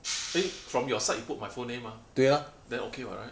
eh from your side you put my full name mah then okay [what] right